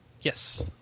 yes